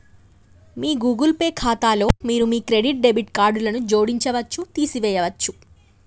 మీ Google Pay ఖాతాలో మీరు మీ క్రెడిట్, డెబిట్ కార్డులను జోడించవచ్చు, తీసివేయచ్చు